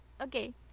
Okay